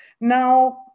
Now